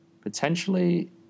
potentially